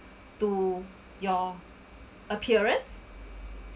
to your appearance